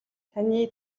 таны